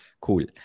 cool